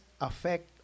affect